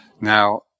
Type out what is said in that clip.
now